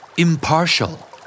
Impartial